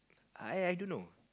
I I don't know